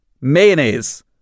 mayonnaise